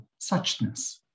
suchness